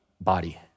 body